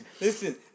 Listen